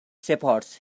shepherds